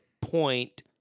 point